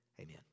amen